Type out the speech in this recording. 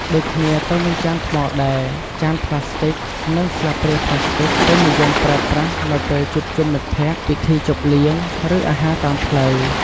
ដូចគ្នាទៅនឹងចានថ្មដែរ ចានប្លាស្ទិកនិងស្លាបព្រាប្លាស្ទិក ពេញនិយមប្រើប្រាស់នៅពេលជួបជុំមិត្តភ័ក្តិ ពិធីជប់លៀង ឬអាហារតាមផ្លូវ។